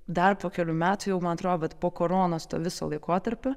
dar po kelių metų jau man atrodo vat po koronos to viso laikotarpio